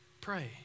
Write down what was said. Pray